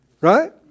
Right